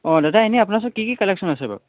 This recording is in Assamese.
অঁ দাদা এনেই আপোনাৰ ওচৰত কি কি কালেকশ্যন আছে বাৰু